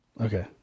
Okay